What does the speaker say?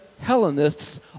Hellenists